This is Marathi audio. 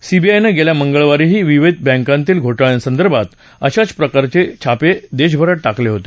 सीबीआयनं गेल्या मंगळवारीही विविध बँकातील घोटाळ्यासंदर्भात अशाच प्रकारचे छापे देशभरात टाकले होते